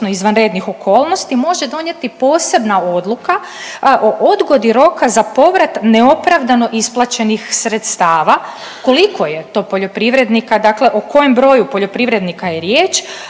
odnosno izvanrednih okolnosti može donijeti posebna odluka o odgodi roka za povrat neopravdano isplaćenih sredstava. Koliko je to poljoprivrednika, dakle o kojem broju poljoprivrednika je riječ,